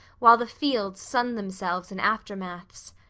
while the fields sunned themselves in aftermaths.